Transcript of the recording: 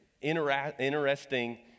interesting